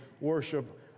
worship